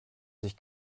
sich